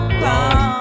wrong